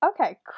Okay